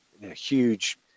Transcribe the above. huge